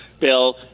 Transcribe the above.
bill